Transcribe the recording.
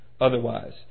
otherwise